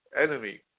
enemy